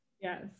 Yes